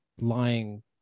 lying